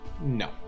No